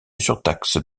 surtaxe